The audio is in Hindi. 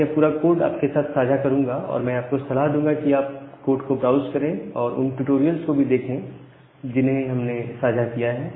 मैं यह पूरा कोड आपके साथ साझा करूंगा और मैं आपको सलाह दूंगा कि आप कोर्ट को ब्राउज़ करें और उन ट्यूटोरियल्स को भी देखें जिन्हें हमने साझा किया है